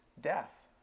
death